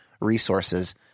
resources